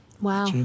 wow